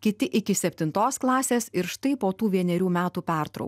kiti iki septintos klasės ir štai po tų vienerių metų pertrau